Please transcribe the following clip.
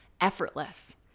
effortless